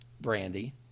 Brandy